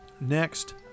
Next